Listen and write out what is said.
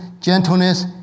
gentleness